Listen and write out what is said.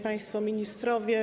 Państwo Ministrowie!